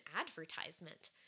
advertisement